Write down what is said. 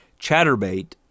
chatterbait